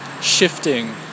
shifting